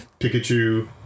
Pikachu